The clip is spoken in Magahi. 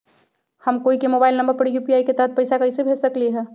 हम कोई के मोबाइल नंबर पर यू.पी.आई के तहत पईसा कईसे भेज सकली ह?